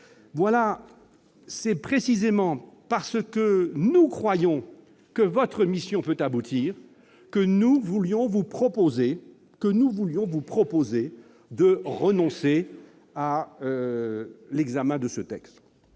faculté. C'est précisément parce que nous croyons que cette mission peut aboutir que nous voulions vous proposer de renoncer à l'examen de ce texte.